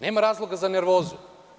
Nema razloga za nervozu.